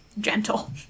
gentle